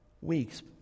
weeks